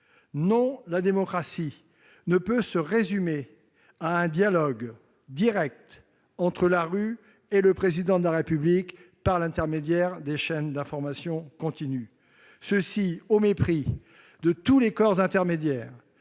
Non, la démocratie ne peut pas se résumer à un dialogue direct entre la rue et le Président de la République, par l'intermédiaire des chaînes d'information en continu, et ce au mépris de tous les corps intermédiaires,